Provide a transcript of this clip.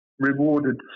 Rewarded